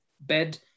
bed